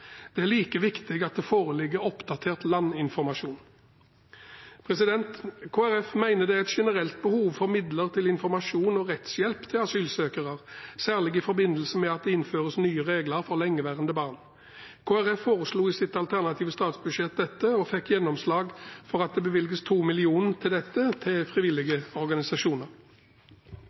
Det er like viktig at det foreligger oppdatert landinformasjon. Kristelig Folkeparti mener det er et generelt behov for midler til informasjon og rettshjelp til asylsøkere, særlig i forbindelse med at det innføres nye regler for lengeværende barn. Kristelig Folkeparti foreslo i sitt alternative statsbudsjett, og fikk gjennomslag for, at det bevilges 2 mill. kr til dette arbeidet til frivillige organisasjoner.